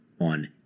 on